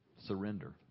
Surrender